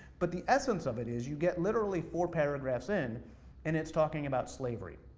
but the essence of it is, you get, literally, four paragraphs in and it's talking about slavery.